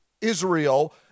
Israel